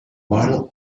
vinyl